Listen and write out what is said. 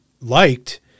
liked